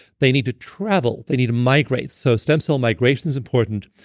they need to travel. they need to migrate. so stem cell migration is important,